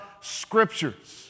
scriptures